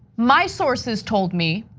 my sources told me,